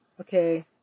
Okay